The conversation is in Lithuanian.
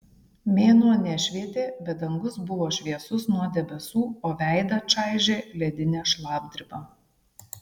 mėnuo nešvietė bet dangus buvo šviesus nuo debesų o veidą čaižė ledinė šlapdriba